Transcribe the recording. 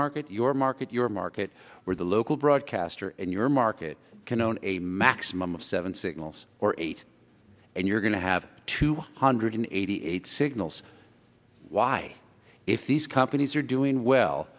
market your market your market where the local broadcaster in your market can own a maximum of seven signals or eight and you're going to have two hundred eighty eight signals why if these companies are doing well